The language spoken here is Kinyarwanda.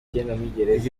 iri